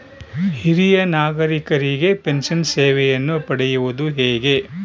ಹಿರಿಯ ನಾಗರಿಕರಿಗೆ ಪೆನ್ಷನ್ ಸೇವೆಯನ್ನು ಪಡೆಯುವುದು ಹೇಗೆ?